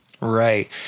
Right